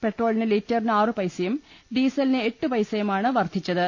പെട്രോളിന് ലിറ്ററിന് ആറുപൈസ്യും ഡ്രീസലിന് എട്ടു പൈസ യുമാണ് വർധിച്ചത്